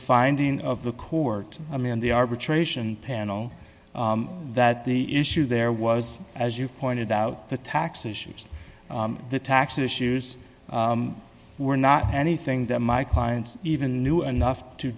finding of the court i mean the arbitration panel that the issue there was as you pointed out the tax issues the tax issues were not anything that my clients even knew enough to